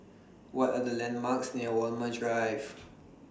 What Are The landmarks near Walmer Drive